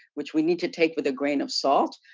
which we need to take with a grain of salt.